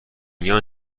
میان